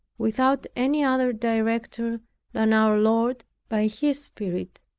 without any other director than our lord by his spirit,